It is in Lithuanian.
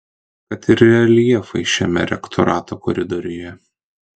kad ir reljefai šiame rektorato koridoriuje